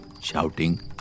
shouting